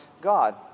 God